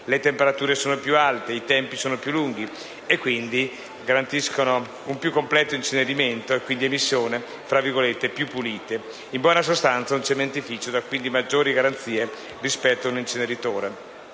le temperature sono più alte e i tempi sono più lunghi e dunque ciò garantisce un più completo incenerimento dei rifiuti e quindi emissioni «più pulite». In buona sostanza, un cementificio dà quindi maggiori garanzie rispetto a un inceneritore.